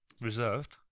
reserved